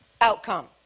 outcome